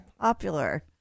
popular